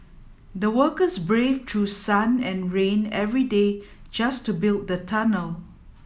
the workers braved through sun and rain every day just to build the tunnel